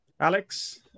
Alex